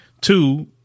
two